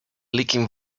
leaking